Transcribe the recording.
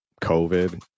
COVID